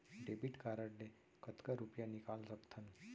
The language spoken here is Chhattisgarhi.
डेबिट कारड ले कतका रुपिया निकाल सकथन?